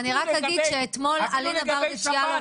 אני רק אגיד שאתמול אלינה ברדץ יאלוב